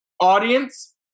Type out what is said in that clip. audience